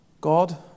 God